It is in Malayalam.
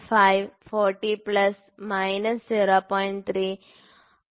5 40 പ്ലസ് അല്ലെങ്കിൽ മൈനസ് 0